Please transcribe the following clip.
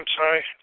sorry